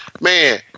man